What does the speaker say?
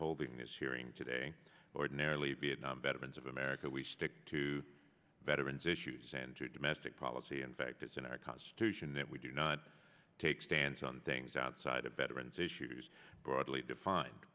holding this hearing today ordinarily vietnam veterans of america we stick to veterans issues and domestic policy and it's in our constitution that we do not take stands on things outside of veterans issues broadly defined